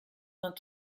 vingt